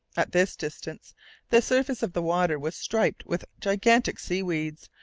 at this distance the surface of the water was striped with gigantic seaweeds,